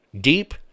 Deep